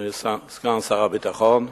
סגן שר הביטחון,